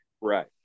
right